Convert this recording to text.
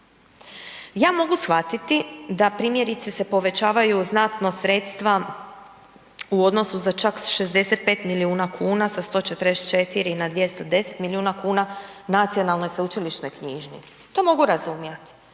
Ja mogu shvatiti da primjerice se povećavaju znatno sredstva u odnosu za čak 65 milijuna kuna, sa 144 na 210 milijuna kuna nacionalnoj i sveučilišnoj knjižnici, to mogu razumjet